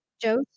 Joe